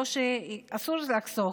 אסור לחסוך,